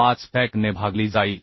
45fck ने भागली जाईल